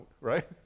right